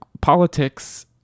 politics